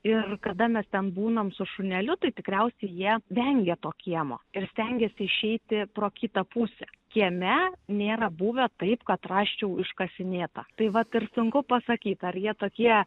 ir kada mes ten būnam su šuneliu tai tikriausiai jie vengia to kiemo ir stengiasi išeiti pro kitą pusę kieme nėra buvę taip kad rasčiau iškasinėta tai vat ir sunku pasakyti ar jie tokie